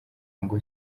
ngo